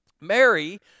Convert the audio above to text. Mary